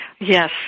Yes